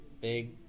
big